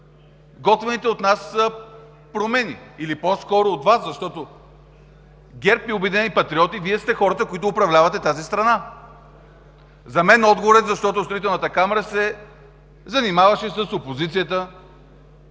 готвените от нас промени, или по-скоро от Вас, защото ГЕРБ и „Обединени патриоти“ – Вие сте хората, които управлявате тази страна?! За мен отговорът е, защото Строителната камара се занимаваше с опозицията,